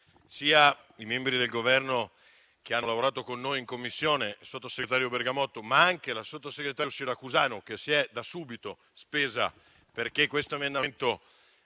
i membri del Governo che hanno lavorato con noi in Commissione, la sottosegretario Bergamotto e la sottosegretario Siracusano che si è da subito spesa perché su questo emendamento